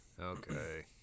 Okay